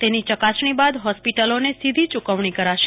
તેની ચકાસણી બાદ હોસ્પિટલોને સીધી ચુકવણી કરાશે